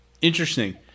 interesting